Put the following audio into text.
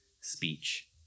speech